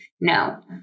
No